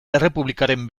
errepublikaren